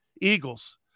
Eagles